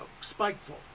spiteful